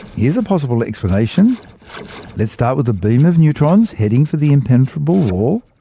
here's a possible explanation let's start with the beam of neutrons heading for the impenetrable wall.